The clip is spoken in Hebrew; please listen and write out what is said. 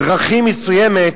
דרכים מסוימת,